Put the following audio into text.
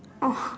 oh